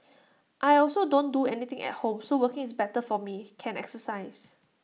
I also don't do anything at home so working is better for me can exercise